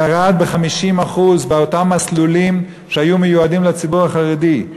ירד ב-50% באותם מסלולים שהיו מיועדים לציבור החרדי,